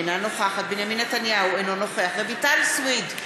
אינה נוכחת בנימין נתניהו, אינו נוכח רויטל סויד,